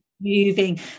moving